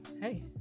hey